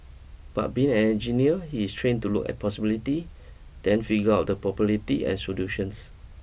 but being an engineer he is trained to look at possibility then figure out the probability and solutions